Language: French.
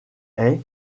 est